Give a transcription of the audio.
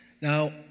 Now